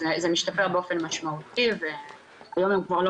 זה משתפר באופן משמעותי והיום הם כבר לא